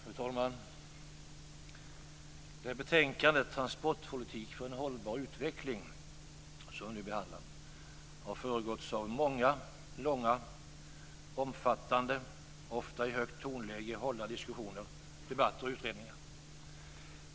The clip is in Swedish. Fru talman! Det betänkande om transportpolitik för en hållbar utveckling som vi nu behandlar har föregåtts av många långa, omfattande och ofta i högt tonläge hållna diskussioner, debatter och utredningar.